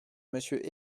monsieur